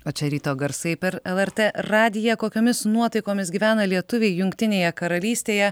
o čia ryto garsai per lrt radiją kokiomis nuotaikomis gyvena lietuviai jungtinėje karalystėje